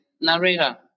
narrator